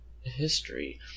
history